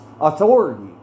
authority